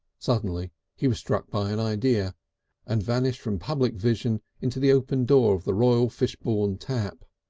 suddenly he was struck by an idea and vanished from public vision into the open door of the royal fishbourne tap.